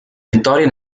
vittorie